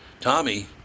Tommy